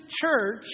church